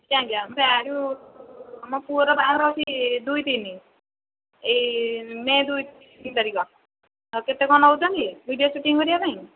ଆଜ୍ଞା ଆଜ୍ଞା ଏ ଯେଉଁ ଆମ ପୁଅର ବାହାଘର ହେଉଛି ଦୁଇ ତିନି ଏଇ ମେ' ଦୁଇ ତିନି ତାରିଖ ଆଉ କେତେ କ'ଣ ନେଉଛନ୍ତି ଭିଡ଼ିଓ ସୁଟିଂ କରିବା ପାଇଁ